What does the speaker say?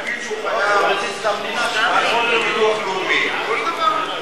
נניח שהוא חייב בביטוח לאומי, כל דבר.